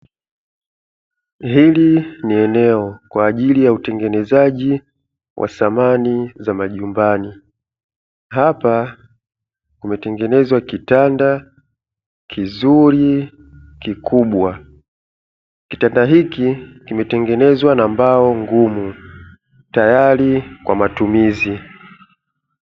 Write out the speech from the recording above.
Hili ni eneo kwa ajili ya utengenezaji wa samani za majumbani. Hapa kumetengenezwa kitanda kizuri kikubwa, kitanda hiki kimetengenezwa na mbao ngumu teyari kwa matumizi.